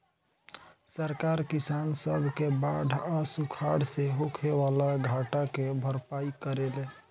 सरकार किसान सब के बाढ़ आ सुखाड़ से होखे वाला घाटा के भरपाई करेले